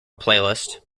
playlist